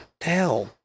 hell